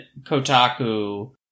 Kotaku